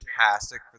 fantastic